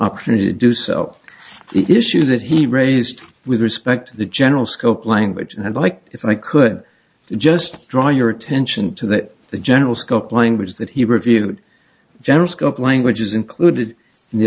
opportunity to do sell the issue that he raised with respect to the general scope language and i'd like if i could just draw your attention to that the general scope language that he reviewed general scope language is included